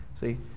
See